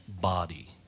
body